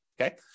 Okay